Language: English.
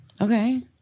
Okay